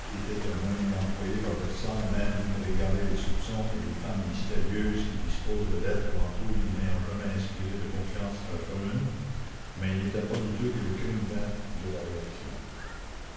un moyen employé par versailles même pour égarer les soupçons et les femmes mystérieuses qui disposent de lettres ou en trouvent n'ayant jamais inspiré de confiance à la commune mais il n'était pas douteux que le crime vint de la réaction